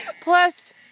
Plus